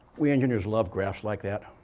we engineers love graphs like that.